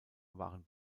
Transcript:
waren